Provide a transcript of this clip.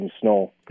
snow